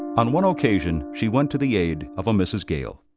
on one occasion she went to the aid of a mrs. gale.